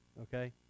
okay